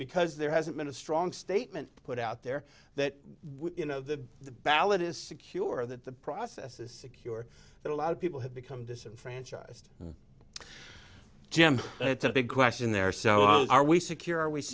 because there hasn't been a strong statement put out there that you know the ballot is secure that the process is secure that a lot of people have become disenfranchised jim it's a big question there are we secure we